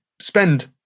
spend